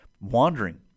wandering